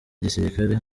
gisirikare